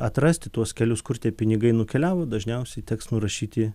atrasti tuos kelius kur tie pinigai nukeliavo dažniausiai teks nurašyti